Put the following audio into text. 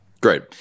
great